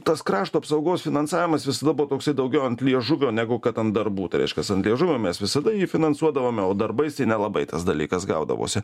tas krašto apsaugos finansavimas visada buvo toks daugiau ant liežuvio negu kad ant darbų tai reiškias ant liežuvio mes visada jį finansuodavome o darbais tai nelabai tas dalykas gaudavosi